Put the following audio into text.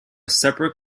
separate